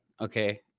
Okay